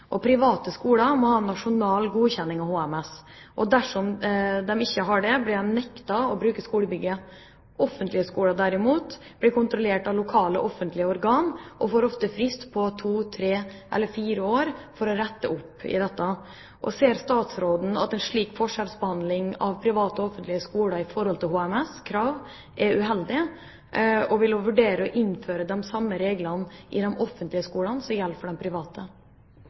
Private skoler må ha nasjonal godkjenning når det gjelder HMS. Dersom de ikke har det, blir de nektet å bruke skolebygget. Offentlige skoler, derimot, blir kontrollert av lokale, offentlige organ og får ofte en frist på to–tre eller fire år for å rette opp i dette. Ser statsråden at en slik forskjellsbehandling av private og offentlige skoler når det gjelder HMS-krav, er uheldig? Vil hun vurdere å innføre de samme reglene i de offentlige skolene som i de private?